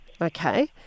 okay